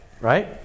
Right